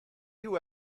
you